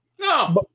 no